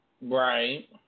Right